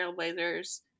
Trailblazers